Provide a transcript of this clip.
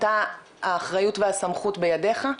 אתה האחריות והסמכות בידיך?